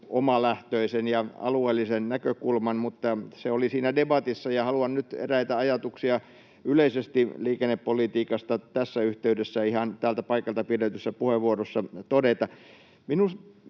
omalähtöisen ja alueellisen näkökulman, mutta se oli siinä debatissa, ja haluan nyt todeta eräitä ajatuksia yleisesti liikennepolitiikasta tässä yhteydessä ihan täältä paikalta pidetyssä puheenvuorossa.